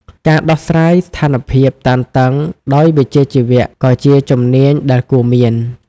ការដោះស្រាយស្ថានភាពតានតឹងដោយវិជ្ជាជីវៈក៏ជាជំនាញដែលគួរមាន។